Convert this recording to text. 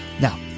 Now